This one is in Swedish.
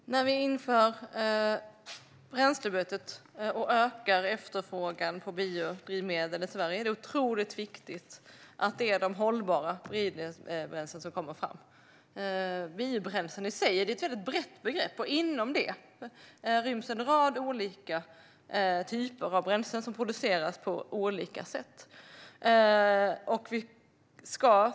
Fru talman! När vi inför bränslebytet och ökar efterfrågan på biodrivmedel i Sverige är det otroligt viktigt att det är de hållbara biobränslena som kommer fram. Biobränslen är i sig ett brett begrepp. Inom det ryms en rad olika typer av bränslen som produceras på olika sätt.